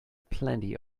plenty